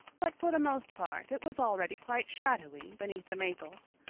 but for the most part it was already quite shadowy beneath the maples,